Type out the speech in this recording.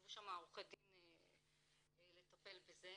שישבו שם עורכי דין לטפל בזה.